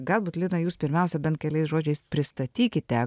galbūt lina jūs pirmiausia bent keliais žodžiais pristatykite